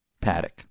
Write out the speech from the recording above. Paddock